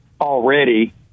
already